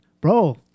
bro